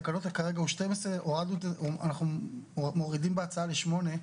כרגע הוא 12, אנחנו מורידים בהצעה ל-8.